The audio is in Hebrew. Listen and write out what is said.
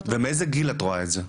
ומאיזה גיל את רואה את זה?